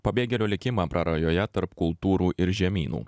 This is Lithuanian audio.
pabėgėlio likimą prarajoje tarp kultūrų ir žemynų